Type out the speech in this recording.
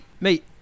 Mate